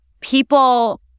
people